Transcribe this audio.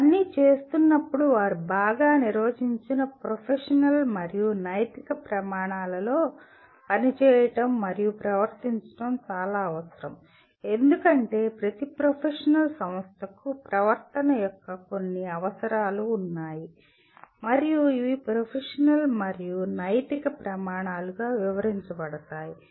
ఇవన్నీ చేస్తున్నప్పుడు వారు బాగా నిర్వచించిన ప్రొఫెషనల్ మరియు నైతిక ప్రమాణాలలో పనిచేయడం మరియు ప్రవర్తించడం అవసరం ఎందుకంటే ప్రతి ప్రొఫెషనల్ సంస్థకు ప్రవర్తన యొక్క కొన్ని అవసరాలు ఉన్నాయి మరియు ఇవి ప్రొఫెషనల్ మరియు నైతిక ప్రమాణాలుగా వివరించబడతాయి